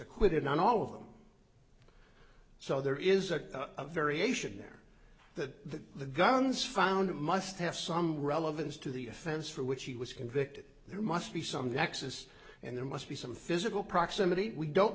acquitted on all of them so there is a variation there that the guns found must have some relevance to the offense for which he was convicted there must be some nexus and there must be some physical proximity we don't